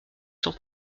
sans